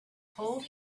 told